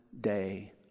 day